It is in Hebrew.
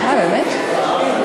אין בושה.